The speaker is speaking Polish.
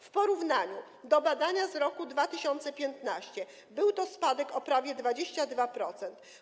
W porównaniu do badania z roku 2015 był to spadek o prawie 22%.